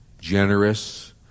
generous